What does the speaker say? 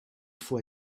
faut